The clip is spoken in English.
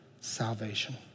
salvation